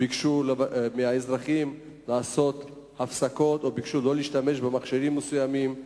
ביקשו מהאזרחים לעשות הפסקות או ביקשו לא להשתמש במכשירים מסוימים.